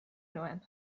nuen